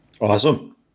Awesome